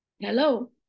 Hello